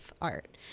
art